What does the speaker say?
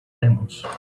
lemons